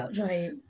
Right